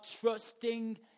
trusting